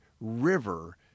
river